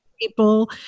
people